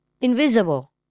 invisible